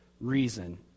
reason